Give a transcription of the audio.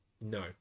No